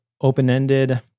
open-ended